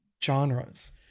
genres